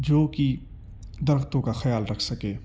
جو کہ درختوں کا خیال رکھ سکے